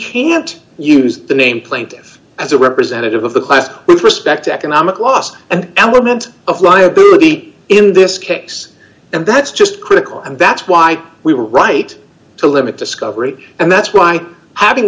can't use the name plaintive as a representative of the class with respect to economic loss and element of liability in this case and that's just critical and that's why we were right to limit discovery and that's why having